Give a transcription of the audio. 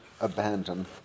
abandon